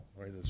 right